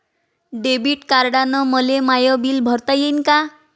Debit कार्डानं मले my bill भरता येईन का?